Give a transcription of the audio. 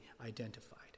identified